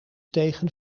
tegen